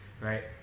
right